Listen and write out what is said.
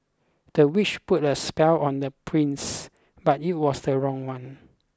the witch put a spell on the prince but it was the wrong one